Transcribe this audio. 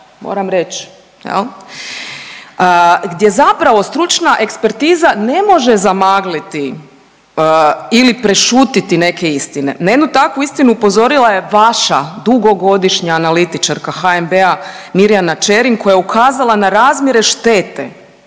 moram reć, jel, gdje zapravo stručna ekspertiza ne može zamagliti ili prešutiti neke istine. Na jednu takvu istinu upozorila je vaša dugogodišnja analitičarka HNB-a Mirjana Čerin koja je ukazala na razmjere štete